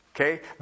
Okay